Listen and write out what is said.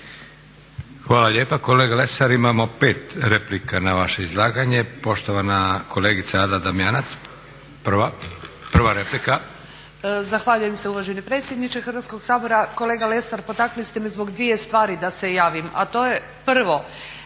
Hvala lijepa. Kolega Lesar, imamo pet replika na vaše izlaganje. Poštovana kolegica Ada Damjanac, prva replika. **Damjanac, Ada (SDP)** Zahvaljujem se uvaženi predsjedniče Hrvatskog sabora. Kolega Lesar, potakli ste me zbog dvije stvari da se javim, a to je prvo